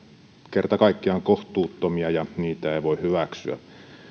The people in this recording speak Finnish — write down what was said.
kerta kaikkiaan kohtuuttomia eikä niitä voi hyväksyä